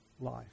life